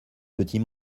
petit